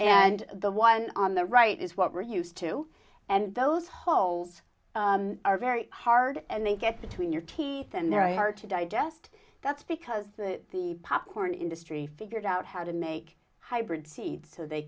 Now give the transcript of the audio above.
and the one on the right is what we're used to and those holes are very hard and they get between your teeth and they're a hard to digest that's because the popcorn industry figured out how to make hybrid s